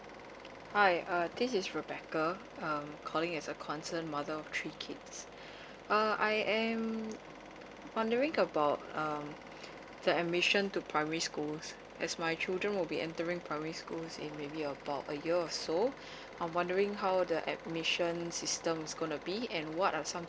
hi uh this is rebecca uh um calling as a concern mother of three kids uh I am wondering about um the admission to primary schools as my children will be entering primary school in maybe about a year or so I'm wondering how the admission system is gonna be and what are some